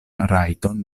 rajton